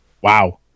Wow